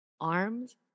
Arms